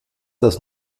das